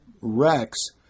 Rex